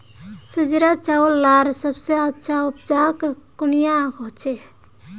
संजीरा चावल लार सबसे अच्छा उपजाऊ कुनियाँ होचए?